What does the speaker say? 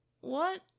What